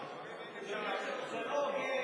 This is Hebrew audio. היושב-ראש, זה לא הוגן.